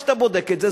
כשאתה בודק את זה,